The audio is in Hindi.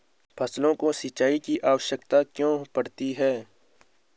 फसलों को सिंचाई की आवश्यकता क्यों पड़ती है?